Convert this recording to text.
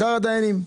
הדיינים.